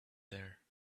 there